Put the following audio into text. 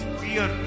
fear